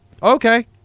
Okay